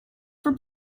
for